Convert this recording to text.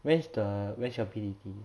where's the where's your B_T_T